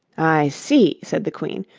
i see said the queen,